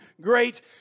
Great